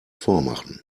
vormachen